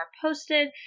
posted